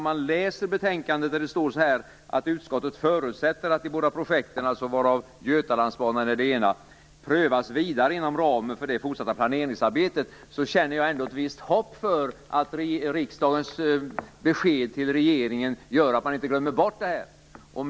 I betänkandet står följande: "Utskottet förutsätter dock att de båda projekten", varav Götalandsbanan är det ena, "prövas vidare inom ramen för det fortsatta planeringsarbetet." Jag känner ändå ett visst hopp för att riksdagens besked till regeringen gör att frågan inte blir bortglömd.